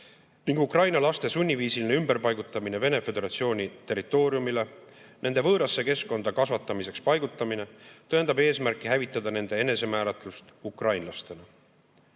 Ukraina laste sunniviisiline ümberpaigutamine Vene Föderatsiooni territooriumile, nende võõrasse keskkonda kasvatamiseks paigutamine tõendab eesmärki hävitada nende enesemääratlust ukrainlasena. Mitmed